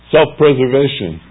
Self-preservation